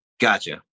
Gotcha